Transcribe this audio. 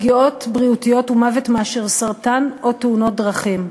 פגיעות בריאותיות ומוות מאשר סרטן או תאונות דרכים.